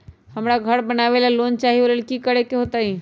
हमरा घर बनाबे ला लोन चाहि ओ लेल की की करे के होतई?